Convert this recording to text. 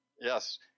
Yes